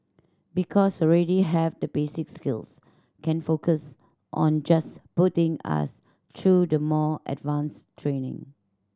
because already have the basic skills can focus on just putting us through the more advanced training